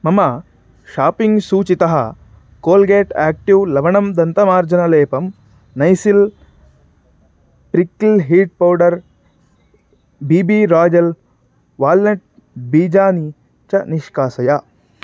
मम शापिङ्ग् सूचीतः Colgate active लवणं दन्तमार्जनलेपं Nycil prickly heat powder B B royal walnut बीजानि च निष्कासय